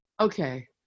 Okay